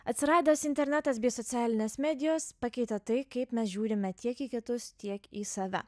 atsiradęs internetas bei socialinės medijos pakeitė tai kaip mes žiūrime tiek į kitus tiek į save